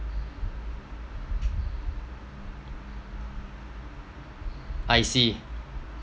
I see